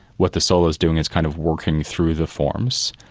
what the soul is doing is kind of walking through the forms,